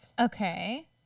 okay